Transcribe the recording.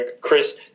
Chris